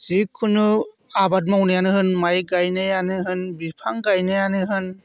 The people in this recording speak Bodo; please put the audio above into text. जिखुनु आबाद मावनायानो होन माइ गायनायानो होन बिफां गायनायानो होन